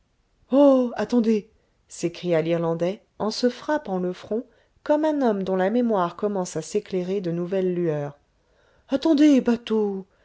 attendez s'écria l'irlandais en se frappant le front comme un homme dont la mémoire commence à s'éclairer de nouvelles lueurs attendez bateau